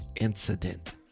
incident